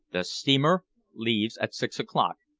the steamer leaves at six o'clock,